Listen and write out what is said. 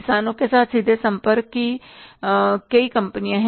किसानों के साथ सीधे संपर्क की कई कंपनियां हैं